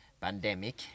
pandemic